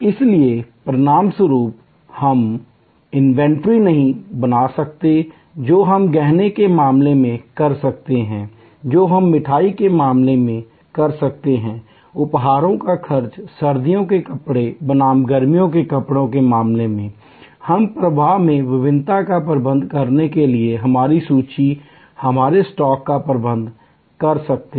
इसलिए परिणामस्वरूप हम वस्तुसूची इन्वेंट्री नहीं बना सकते हैं जो हम गहने के मामले में कर सकते हैं जो हम मिठाई के मामले में कर सकते हैं उपहारों का खर्च सर्दियों के कपड़े बनाम गर्मियों के कपड़े के मामले में हम प्रवाह में भिन्नता का प्रबंधन करने के लिए हमारी सूची हमारे स्टॉक का प्रबंधन कर सकते हैं